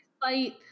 fight